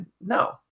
no